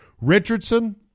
Richardson